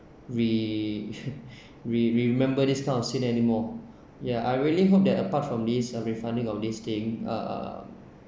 we we we remember this kind of scene anymore ya I really hope that apart from these uh refunding of this thing ah